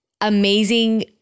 amazing